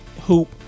hoop